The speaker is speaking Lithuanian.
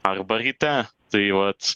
arba ryte tai vat